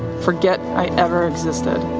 forget i ever existed.